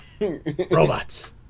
Robots